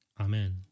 Amen